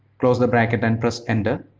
close the bracket and press enter.